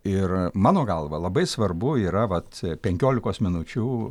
ir mano galva labai svarbu yra vat penkiolikos minučių